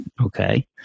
Okay